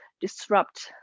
disrupt